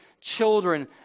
children